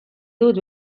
dut